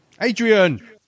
Adrian